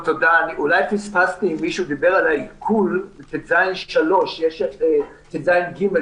אולי פספסתי אם מישהו דיבר על העיקול בסעיף 319טז(ג).